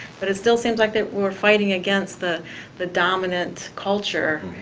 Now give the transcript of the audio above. but it still seems, like, that we're fighting against the the dominant culture,